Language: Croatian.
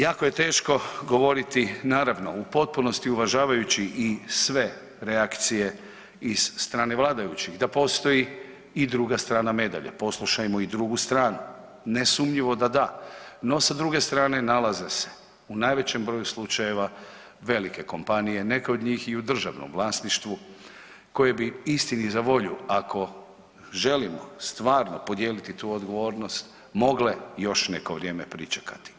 Jako je teško govoriti naravno u potpunosti uvažavajući i sve reakcije iz strane vladajućih da postoji i druga strana medalje, poslušajmo i drugu stranu, nesumnjivo da da, no sa druge strane nalaze se u najvećem broju slučajeva velike kompanije neke od njih i u državnom vlasništvu koje bi istini za volju ako želimo stvarno podijeliti tu odgovornost mogle još neko vrijeme pričekati.